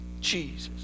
Jesus